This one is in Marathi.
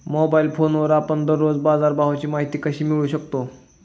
मोबाइल फोनवर आपण दररोज बाजारभावाची माहिती कशी मिळवू शकतो?